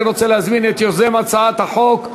אני רוצה להזמין את יוזם הצעת החוק,